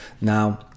Now